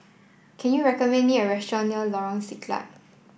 can you recommend me a restaurant near Lorong Siglap